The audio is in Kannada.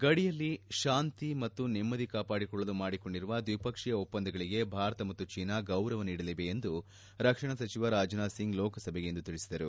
ಗಡಿಯಲ್ಲಿ ಶಾಂತಿ ಮತ್ತು ನೆಮ್ನದಿ ಕಾಪಾಡಿಕೊಳ್ಳಲು ಮಾಡಿಕೊಂಡಿರುವ ದ್ವಿಪಕ್ಷೀಯ ಒಪ್ಪಂದಗಳಿಗೆ ಭಾರತ ಮತ್ತು ಚೀನಾ ಗೌರವ ನೀಡಲಿವೆ ಎಂದು ರಕ್ಷಣಾ ಸಚಿವ ರಾಜನಾಥ್ ಸಿಂಗ್ ಲೋಕಸಭೆಗೆ ಇಂದು ತಿಳಿಸಿದರು